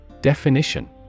Definition